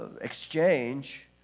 Exchange